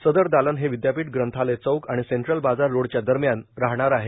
सदर दालन हे विद्यापीठ ग्रंथालय चैक आणि सेंट्रल बाजार रोडच्या दरम्यान आहे